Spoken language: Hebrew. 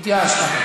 התייאשת.